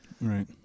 Right